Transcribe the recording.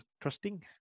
trusting